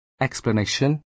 explanation